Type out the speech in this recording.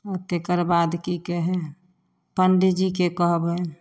आओर तकर बाद कि कहै हइ पण्डीजीके कहबै